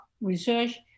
research